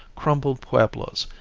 crumbled pueblos,